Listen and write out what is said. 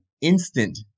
instant